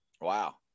Wow